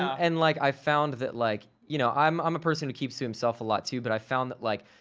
and like, i found that, like you know i'm i'm a person who keeps to himself a lot, too. but i found that like,